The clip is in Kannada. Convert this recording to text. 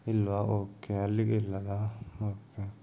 ಇಲ್ವಾ ಓಕೆ ಅಲ್ಲಿಗೆ ಇಲ್ಲಲಾ ಓಕೆ